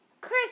Chris